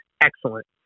excellent